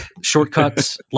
shortcuts